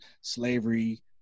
slavery